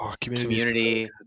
Community